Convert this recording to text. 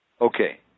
Okay